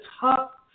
top